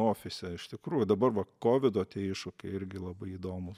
ofise iš tikrųjų dabar va kovido tie iššūkiai irgi labai įdomūs